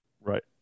Right